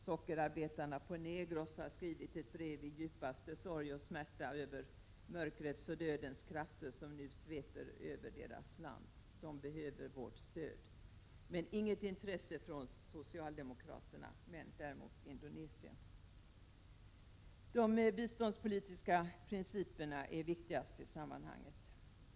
Sockerarbetarna på Negros har skrivit ett brev i djupaste sorg och smärta över de mörkrets och dödens krafter som nu sveper över deras land. De behöver vårt stöd. Inget intresse för detta har visats från socialdemokraternas sida. Däremot har man visat intresse för Indonesien. De biståndspolitiska principerna är viktigast i sammanhanget.